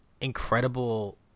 incredible